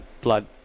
blood